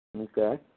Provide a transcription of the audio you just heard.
Okay